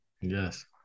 yes